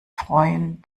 freuen